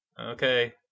Okay